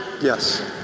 Yes